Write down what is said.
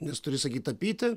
nes turi sakyt tapyti